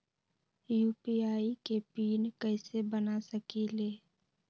UPI के PIN कैसे बना सकीले?